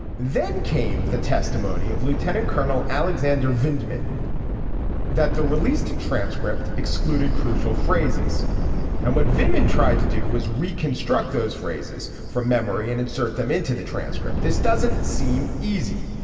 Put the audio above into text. then came the testimony of lieutenant colonel alexander vindication that the released transcript excluded crucial phrases and what women tried to do was reconstruct those phrases from memory and insert them into the transcript. this doesn't seem easy.